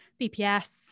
BPS